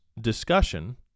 discussion